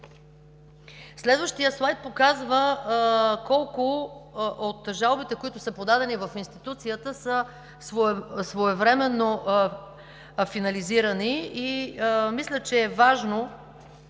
Следващият слайд показва колко от жалбите, които са подадени в институцията, са своевременно финализирани. Важно